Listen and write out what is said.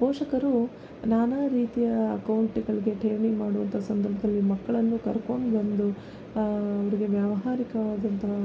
ಪೋಷಕರು ನಾನಾ ರೀತಿಯ ಅಕೌಂಟ್ಗಳಿಗೆ ಠೇವಣಿ ಮಾಡುವಂಥ ಸಂದರ್ಭದಲ್ಲಿ ಮಕ್ಕಳನ್ನೂ ಕರ್ಕೊಂಡು ಬಂದು ಅವ್ರಿಗೆ ವ್ಯಾವಹಾರಿಕವಾದಂತಹ